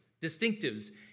distinctives